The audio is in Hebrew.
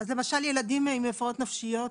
אז למשל ילדים עם הפרעות נפשיות,